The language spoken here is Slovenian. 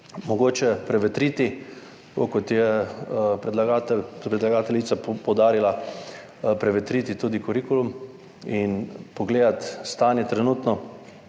mogoče prevetriti, tako, kot je predlagateljica poudarila, prevetriti tudi kurikulum in pogledati trenutno